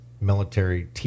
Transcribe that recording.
military